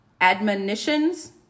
admonitions